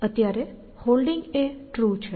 અત્યારે Holding true છે